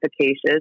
efficacious